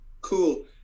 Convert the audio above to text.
Cool